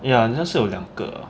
ya 好像是有两个 ah